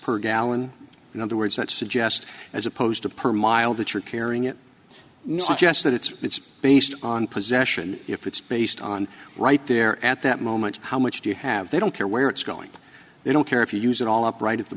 per gallon in other words that suggest as opposed to per mile that you're carrying it not just that it's it's based on possession if it's based on right there at that moment how much do you have they don't care where it's going they don't care if you use it all up right at the